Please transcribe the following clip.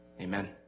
Amen